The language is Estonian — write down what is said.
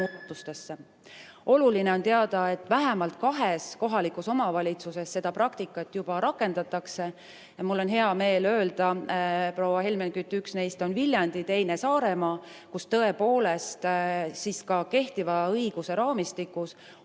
Oluline on teada, et vähemalt kahes kohalikus omavalitsuses seda praktikat juba rakendatakse. Mul on hea meel öelda, proua Helmen Kütt, et üks neist on Viljandi, teine on Saaremaa, kus tõepoolest ka kehtiva õiguse raamistikus on